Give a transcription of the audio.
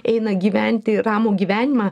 eina gyventi ramų gyvenimą